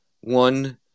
one